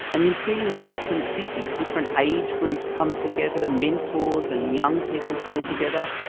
and you see in different cities, different age groups come together, mentors and young people come together.